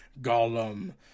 Gollum